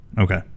Okay